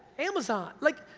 amazon, like,